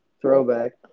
Throwback